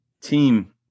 team